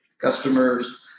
Customers